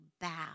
bow